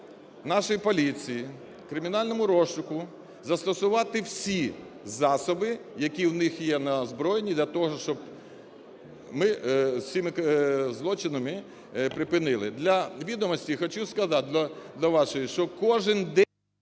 нашій поліції, кримінальному розшуку застосувати всі засоби, які у них є на озброєнні, для того, щоб ми з цими злочинами припинили. Для відомості хочу сказати, до вашої, що кожен день…